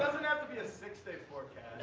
six-day forecast.